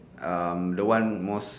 um the one most